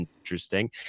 interesting